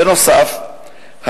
בנוסף,